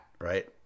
right